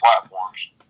platforms